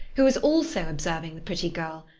who was also observing the pretty girl.